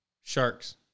sharks